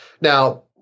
Now